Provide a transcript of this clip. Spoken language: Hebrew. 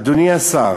אדוני השר,